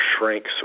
shrinks